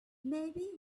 maybe